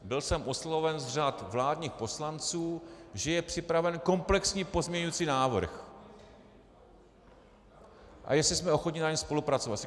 Byl jsem osloven z řad vládních poslanců, že je připraven komplexní pozměňovací návrh a jestli jsme ochotni na něm spolupracovat.